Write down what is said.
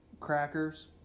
crackers